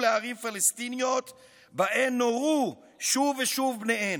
לערים פלסטיניות שבהן נורו שוב ושוב בניהן,